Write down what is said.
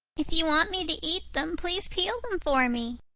if you want me to eat them, please peel them for me.